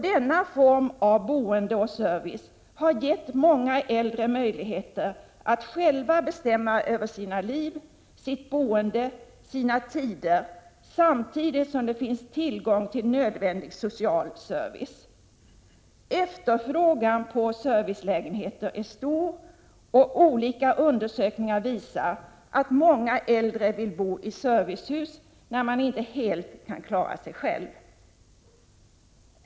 Denna form av boende och service har gett många äldre möjligheter att själva bestämma över sina liv, sitt boende och sina tider, samtidigt som det finns tillgång till nödvändig social service. Efterfrågan på servicelägenheter är stor, och olika undersökningar visar att många äldre vill bo i servicehus, när man inte helt kan klara sig själv.